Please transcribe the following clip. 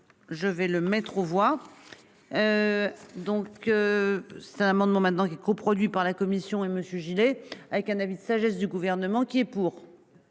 Je vais le mettre. Au revoir. Donc. C'est un amendement maintenant qui coproduit par la commission et Monsieur Gillet, avec un avis de sagesse du gouvernement qui est pour.